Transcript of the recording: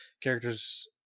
characters